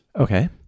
Okay